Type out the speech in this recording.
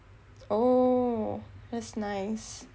oh that's nice